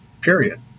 period